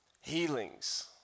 healings